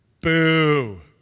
Boo